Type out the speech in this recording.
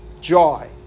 joy